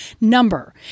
number